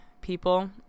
people